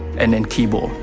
and then keyboard.